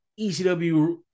ECW